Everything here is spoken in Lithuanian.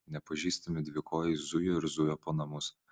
nepažįstami dvikojai zujo ir zujo po namus